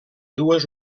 dues